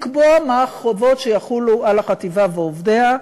לקבוע מה החובות שיחולו על החטיבה ועובדיה,